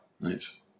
Nice